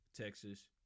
Texas